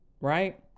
Right